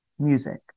music